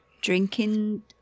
drinking